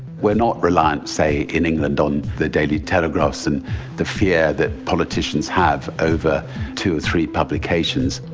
we're not reliant, say, in england, on the daily telegraphs and the fear that politicians have over two or three publications.